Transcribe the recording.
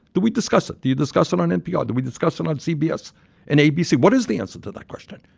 do we discuss it? do you discuss it on npr? did we discuss it on cbs and abc? what is the answer to that question?